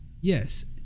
Yes